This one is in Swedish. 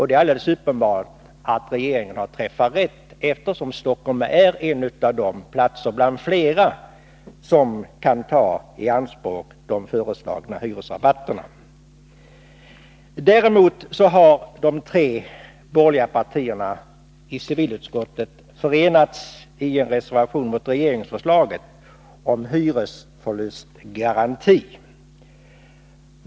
Det är alldeles uppenbart att regeringen har träffat rätt, eftersom Stockholm är en av de kommuner som kan ta i anspråk de föreslagna hyresrabatterna. Däremot har de tre borgerliga partierna i civilutskottet förenats i en reservation mot regeringsförslaget om hyresförlustgaranti.